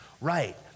right